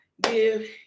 Give